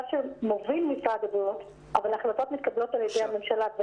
הקו שמוביל משרד הבריאות אבל ההחלטות מתקבלות על ידי הממשלה,